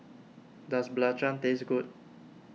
does Belacan taste good